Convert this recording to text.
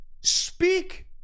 speak